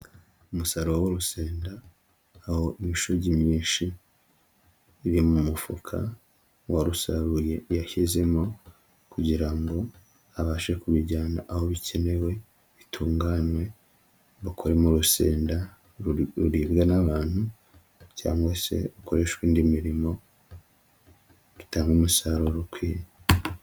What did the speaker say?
Umusaruro w'urusenda, aho imishugi myinshi iri mu mufuka uwarusaruye yashyizemo kugira ngo abashe kubijyana aho bikenewe, bitunganywe, bakoremo urusenda ruribwa n'abantu cyangwa se ukoreshwa indi mirimo, bitanga umusaruro ukwiye.